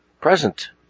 present